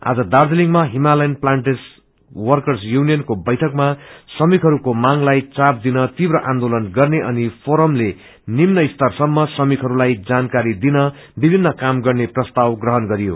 आज दार्जीलिङमा Himalayan plantation workers युनियनको बैठकमा श्रमिकहरूको मांगलाई चाप दिन तीव्र आन्दोलन गन्ने फोरमले निम्न स्तरसम्म रमिकहरूलाई जानकारी दिन विभिन्न काम गर्ने प्रस्ताव ग्रहण गरयो